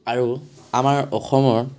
আৰু আমাৰ অসমৰ